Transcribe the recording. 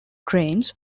trains